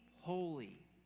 holy